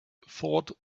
thought